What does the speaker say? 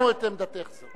בהחלט, הבנו את עמדתך זו.